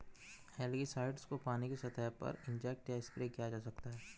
algicides को पानी की सतह पर इंजेक्ट या स्प्रे किया जा सकता है